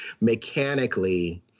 mechanically